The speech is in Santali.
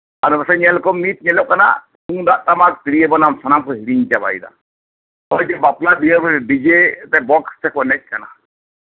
ᱟᱨ ᱱᱚᱛᱮ ᱧᱮᱞ ᱠᱚᱢ ᱢᱤᱫ ᱧᱮᱞᱚᱜ ᱠᱟᱱᱟ ᱛᱩᱢᱫᱟᱜ ᱴᱟᱢᱟᱠ ᱛᱤᱨᱭᱳ ᱵᱟᱱᱟᱢ ᱦᱤᱲᱤᱧ ᱪᱟᱵᱟᱭᱮᱫᱟ ᱛᱚᱵᱮ ᱵᱟᱯᱞᱟ ᱵᱤᱦᱟᱹ ᱠᱚᱨᱮᱜ ᱰᱤᱡᱮ ᱵᱚᱠᱥ ᱛᱮᱠᱚ ᱮᱱᱮᱡ ᱠᱟᱱᱟ